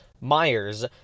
Myers